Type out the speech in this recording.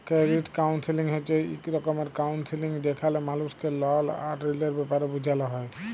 credit counselling হছে ইক রকমের কাউলসেলিংযেখালে মালুসকে লল আর ঋলের ব্যাপারে বুঝাল হ্যয়